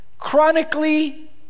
Chronically